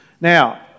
Now